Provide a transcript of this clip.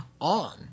on